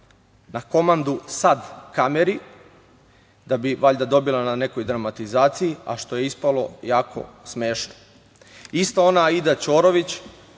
na komandu sad kameri, da bi valjda dobila na nekoj dramatizaciji, a što je ispalo jako smešno. Ista ona Aida Ćorović